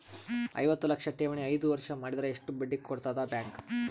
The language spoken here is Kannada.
ಐವತ್ತು ಲಕ್ಷ ಠೇವಣಿ ಐದು ವರ್ಷ ಮಾಡಿದರ ಎಷ್ಟ ಬಡ್ಡಿ ಕೊಡತದ ಬ್ಯಾಂಕ್?